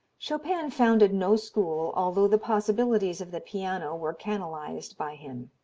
chopin founded no school, although the possibilities of the piano were canalized by him.